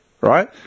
Right